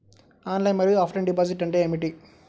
Online మరియు offline deposit అంటే ఏమిటి?